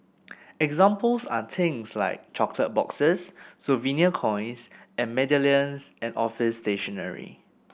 examples are things like chocolate boxes souvenir coins or medallions and office stationery